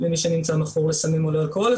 למי שנמצא מכור לסמים ולאלכוהול.